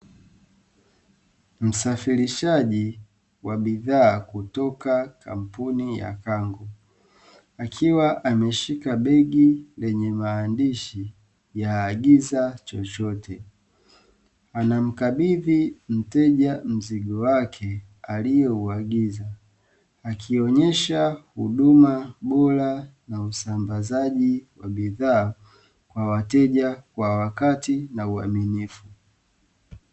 Msafirishaji wa bidhaa kutoka kampuni ya Kango, akiwa ameshika begi lenye maandishi ya "Agiza chochote". Anamkabidhi mteja mzigo wake aliouagiza, akionyesha huduma bora na usambazaji wa bidhaa kwa wateja kwa wakati na uaminifu.